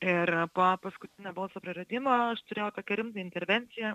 ir po paskutinio balso praradimo aš turėjau tokią rimtą intervenciją